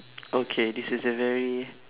okay this is a very